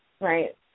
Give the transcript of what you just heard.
Right